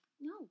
No